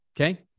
Okay